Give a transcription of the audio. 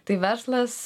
tai verslas